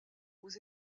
aux